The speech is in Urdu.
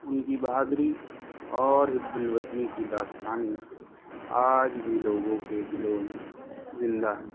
ان کی بہادری اور حب الوطنی کی داستانیں آج بھی لوگوں کے دلوں میں زندہ ہیں